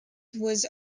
was